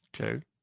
okay